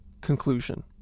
Conclusion